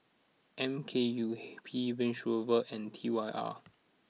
M K U P Range Rover and T Y R